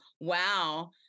wow